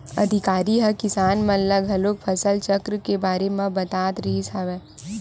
अधिकारी ह किसान मन ल घलोक फसल चक्र के बारे म बतात रिहिस हवय